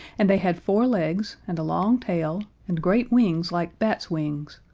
and they had four legs and a long tail and great wings like bats' wings,